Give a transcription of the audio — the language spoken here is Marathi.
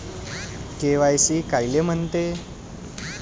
के.वाय.सी कायले म्हनते?